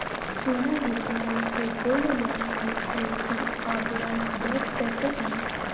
सोना गिरवी रैख के गोल्ड लोन दै छियै की, आ ब्याज दर कत्ते इ?